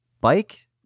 bike